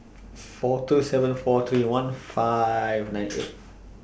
four two seven four twenty one five nine eight